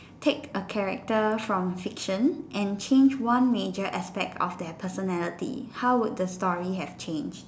take a character from fiction and change one major aspects of their personality how would the story have changed